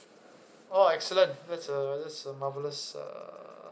oh excellent that's a that's a marvelous uh